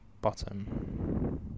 bottom